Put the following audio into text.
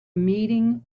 meeting